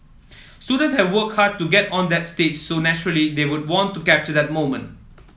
student have worked hard to get on that stage so naturally they would want to capture that moment